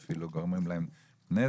ואפילו גורמים להם נזק.